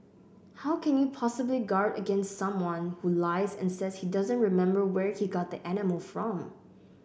how can you possibly guard against someone who lies and says he doesn't remember where he got the animal from